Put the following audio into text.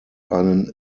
einen